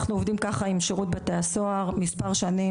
אנחנו עובדים ככה עם שירות בתי הסוהר מספר שנים.